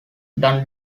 done